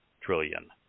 trillion